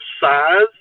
size